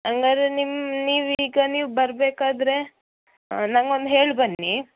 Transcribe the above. ಹಂಗಾದ್ರೆ ನಿಮ್ಮ ನೀವೀಗ ನೀವು ಬರಬೇಕಾದ್ರೆ ನಂಗೊಂದು ಹೇಳಬನ್ನಿ